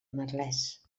merlès